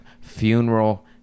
Funeral